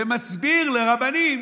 ומסבירים לרבנים